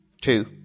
two